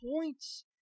points